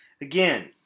again